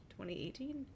2018